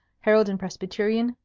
herald and presbyterian,